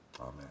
amen